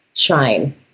shine